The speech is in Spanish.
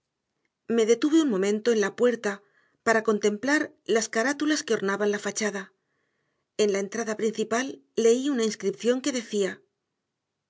me detuve un momento en la puerta para contemplar las carátulas que ornaban la fachada en la entrada principal leí una inscripción que decía